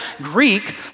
Greek